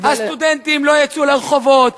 הסטודנטים לא יצאו לרחובות,